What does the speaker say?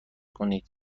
کنید